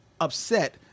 upset